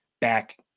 back